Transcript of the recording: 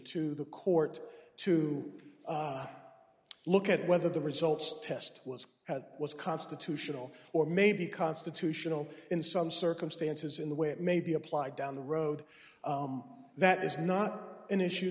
to the court to look at whether the results test was at was constitutional or may be constitutional in some circumstances in the way it may be applied down the road that is not an issue